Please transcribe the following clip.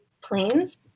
planes